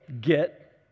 get